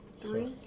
Three